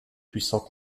puissants